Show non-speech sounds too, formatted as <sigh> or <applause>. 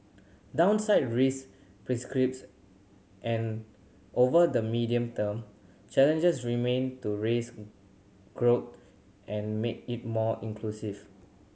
downside risk <unintelligible> and over the medium term challenges remain to raise growth and make it more inclusive